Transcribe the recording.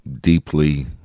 deeply